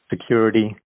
security